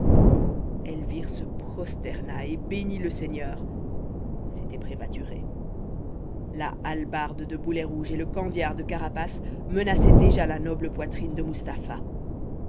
elvire se prosterna et bénit le seigneur c'était prématuré la hallebarde de boulet rouge et le kandjiar de carapace menaçaient déjà la noble poitrine de mustapha